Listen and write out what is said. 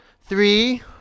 Three